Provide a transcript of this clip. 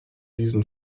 diesen